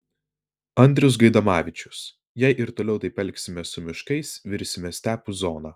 andrius gaidamavičius jei ir toliau taip elgsimės su miškais virsime stepių zona